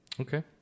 Okay